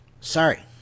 Sorry